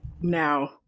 now